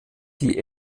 die